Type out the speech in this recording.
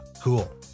Cool